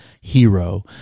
hero